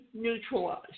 neutralized